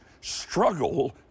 struggle